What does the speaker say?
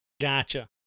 Gotcha